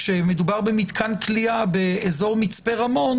כשמדובר במתקן כליאה באזור מצפה רמון,